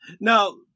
Now